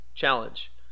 challenge